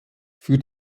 für